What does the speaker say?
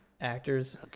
actors